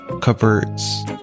cupboards